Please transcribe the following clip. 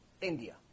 India